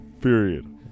period